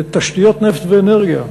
בתשתיות, נפט ואנרגיה,